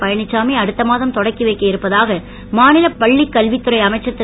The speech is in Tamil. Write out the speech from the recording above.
பழனிச்சாமி அடுத்த மாதம் தொடக்கி வைக்க இருப்பதாக மாநில பள்ளிக்கல்வித் துறை அமைச்சர் திரு